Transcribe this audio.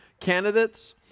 candidates